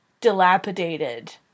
dilapidated